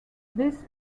this